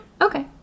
Okay